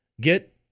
Get